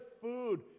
food